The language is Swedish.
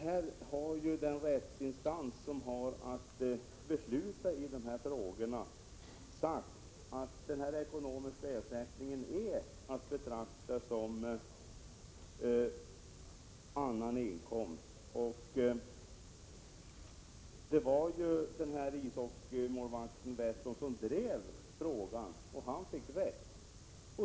Här har ju den rättsinstans som har att besluta i dessa frågor sagt att denna ekonomiska ersättning är att betrakta som annan inkomst. Det var ishockeymålvakten Westblom som drev frågan, och han fick ju rätt.